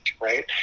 right